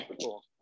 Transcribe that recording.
cool